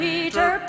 Peter